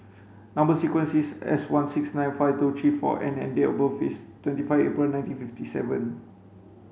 number sequence is S one six nine five two three four N and date of birth is twenty five April nineteen fifty seven